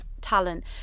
talent